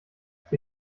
sie